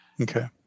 Okay